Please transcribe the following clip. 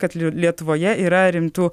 kad lietuvoje yra rimtų